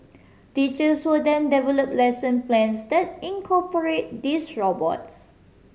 teachers will then develop lesson plans that incorporate these robots